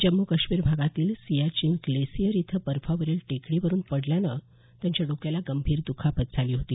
जम्मू काश्मीर भागातील सियाचिन ग्लेसियर इथं बर्फावरील टेकडीवरून पडल्यानं त्यांच्या डोक्याला गंभीर दुखापत झाली होती